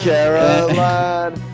Caroline